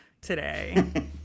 today